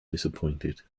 disappointed